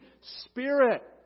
Spirit